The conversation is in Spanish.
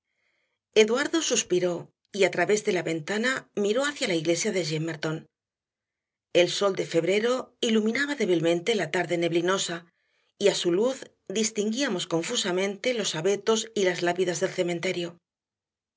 eduardo suspiró y a través de la ventana miró hacia la iglesia de gimmerton el sol de febrero iluminaba débilmente la tarde neblinosa y a su luz distinguíamos confusamente los abetos y las lápidas del cementerio